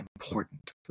important